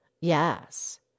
Yes